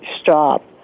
stop